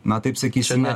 na taip sakysime